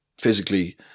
physically